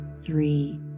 three